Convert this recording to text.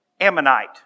Ammonite